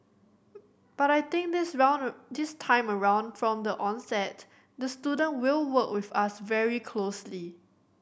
but I think this around this time around from the onset the student will work with us very closely